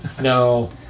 No